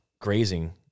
grazing